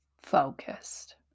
focused